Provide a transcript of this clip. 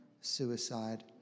suicide